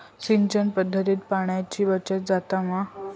सिंचन पध्दतीत पाणयाची बचत जाता मा?